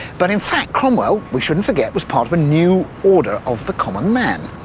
but in fact, cromwell we shouldn't forget, was part of a new order of the common man,